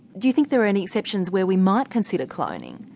do you think there are any exceptions where we might consider cloning,